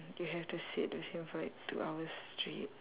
you have to sit with her for like two hours straight